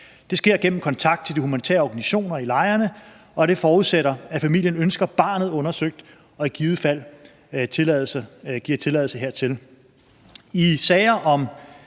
Det sker gennem kontakt til de humanitære organisationer i lejrene, og det forudsætter, at familien ønsker barnet undersøgt og giver tilladelse hertil. I sager om